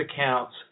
accounts